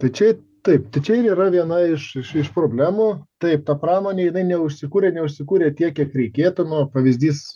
tai čia taip čia ir yra viena iš iš iš problemų taip ta pramonė jinai neužsikūrė neužsikūrė tiek kiek reikėtų nu pavyzdys